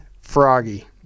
froggy